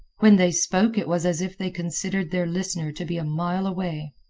when they spoke it was as if they considered their listener to be a mile away.